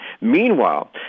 meanwhile